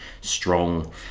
strong